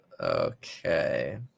Okay